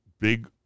big